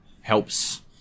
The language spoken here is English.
helps